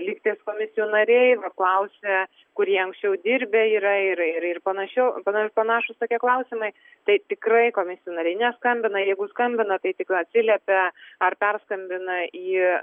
lygtais komisijų nariai klausia kur jie anksčiau dirbę yra ir panašiau panašūs tokie klausimai tai tikrai komisijų nariai neskambina jeigu skambina tai tik atsiliepia ar perskambina į